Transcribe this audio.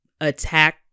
attack